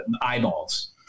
eyeballs